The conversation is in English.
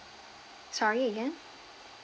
sorry again